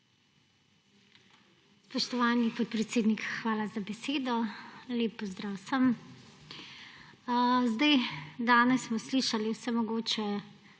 Spoštovani podpredsednik, hvala za besedo. Lep pozdrav vsem! Danes smo slišali vse mogoče